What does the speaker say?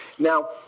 Now